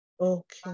Okay